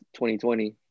2020